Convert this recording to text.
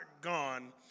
gone